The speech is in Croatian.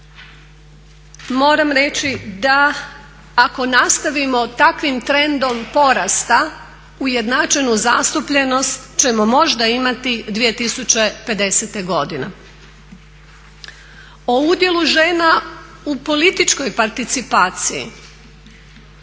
Moram reći da ako nastavimo takvim trendom porasta ujednačenu zastupljenost ćemo možda imati 2050 godine. O udjelu žena u političkoj participaciji,